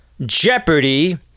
Jeopardy